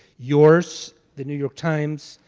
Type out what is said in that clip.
yours, the new york times,